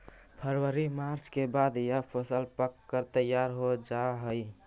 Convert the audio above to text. फरवरी मार्च के बाद यह फसल पक कर तैयार हो जा हई